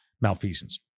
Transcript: malfeasance